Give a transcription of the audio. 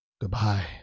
Goodbye